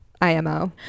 IMO